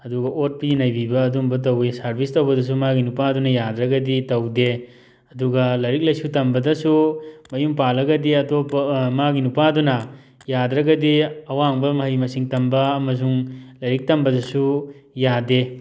ꯑꯗꯨꯒ ꯑꯣꯠꯄꯤ ꯅꯩꯕꯤꯕ ꯑꯗꯨꯝꯕ ꯇꯧꯕꯤ ꯁꯥꯔꯚꯤꯁ ꯇꯧꯕꯗꯁꯨ ꯃꯥꯒꯤ ꯅꯨꯄꯥꯗꯨꯅ ꯌꯥꯗ꯭ꯔꯒꯗꯤ ꯇꯧꯗꯦ ꯑꯗꯨꯒ ꯂꯥꯏꯔꯤꯛ ꯂꯥꯏꯁꯨ ꯇꯝꯕꯗꯁꯨ ꯃꯌꯨꯝ ꯄꯥꯜꯂꯒꯗꯤ ꯑꯇꯣꯞꯄ ꯃꯥꯒꯤ ꯅꯨꯄꯥꯗꯨꯅ ꯌꯥꯗ꯭ꯔꯒꯗꯤ ꯑꯋꯥꯡꯕ ꯃꯍꯩ ꯃꯁꯤꯡ ꯇꯝꯕ ꯑꯃꯁꯨꯡ ꯂꯥꯏꯔꯤꯛ ꯇꯝꯕꯗꯁꯨ ꯌꯥꯗꯦ